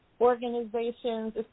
organizations